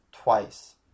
twice